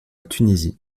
tunisie